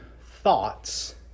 thoughts